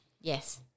Yes